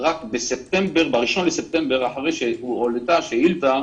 רק באחד בספטמבר, אחרי שהועלתה שאילתה